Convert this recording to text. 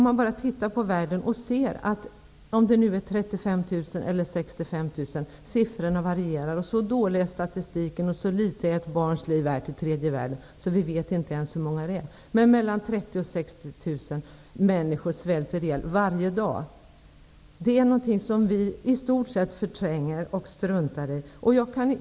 Mellan 30 000 och 60 000 människor -- siffran varierar, för så dålig är statistiken och så litet är ett barns liv värt i tredje världen, att vi inte ens vet hur många det är -- svälter ihjäl varje dag. Det är någonting som vi i stort sett förtränger och struntar i.